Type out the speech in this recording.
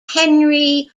henry